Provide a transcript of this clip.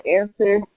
answer